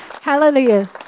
Hallelujah